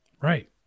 right